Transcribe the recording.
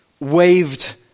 waved